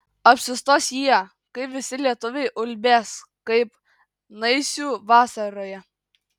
apsistos jie kai visi lietuviai ulbės kaip naisių vasaroje